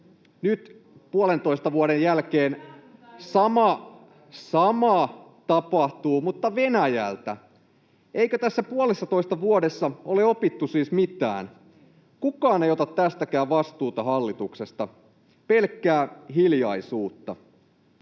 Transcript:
Nyt puolentoista vuoden jälkeen sama tapahtuu mutta Venäjältä. Eikö tässä puolessatoista vuodessa ole opittu siis mitään? Kukaan hallituksesta ei ota tästäkään vastuuta, pelkkää hiljaisuutta.